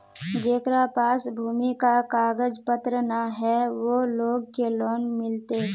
जेकरा पास भूमि का कागज पत्र न है वो लोग के लोन मिलते?